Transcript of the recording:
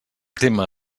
tema